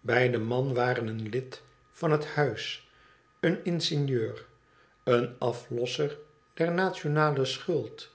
bij den man waren een lid van het huis een ingenieur een aflosser der nationale schuld